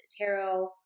tarot